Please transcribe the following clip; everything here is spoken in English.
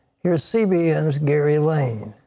here's cbn's gary lane.